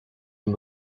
een